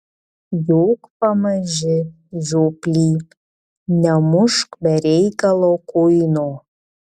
jok pamaži žioply nemušk be reikalo kuino